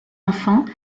enfants